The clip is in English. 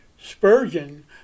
Spurgeon